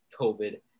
COVID